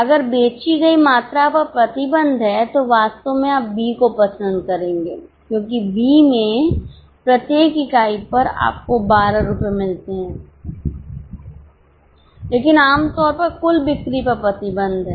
अगर बेची गई मात्रा पर प्रतिबंध है तो वास्तव में आप बी को पसंद करेंगे क्योंकि बी में प्रत्येक इकाई पर आपको 12 रुपये मिलते हैं लेकिन आम तौर पर कुल बिक्री पर प्रतिबंध है